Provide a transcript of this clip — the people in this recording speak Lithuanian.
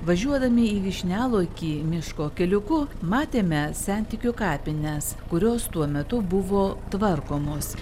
važiuodami į vyšnialaukį miško keliuku matėme sentikių kapines kurios tuo metu buvo tvarkomos